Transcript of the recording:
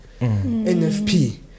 NFP